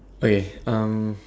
okay um